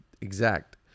exact